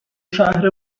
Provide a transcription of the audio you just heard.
شهر